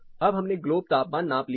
अब हमने ग्लोब तापमान नाप लिया है